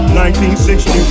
1960